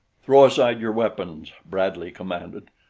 throw aside your weapons, bradley commanded.